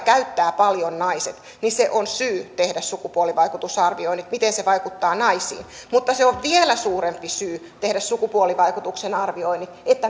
käyttävät paljon naiset niin syy tehdä sukupuolivaikutusarvioinnit miten se vaikuttaa naisiin mutta vielä suurempi syy tehdä sukupuolivaikutusten arvioinnit on se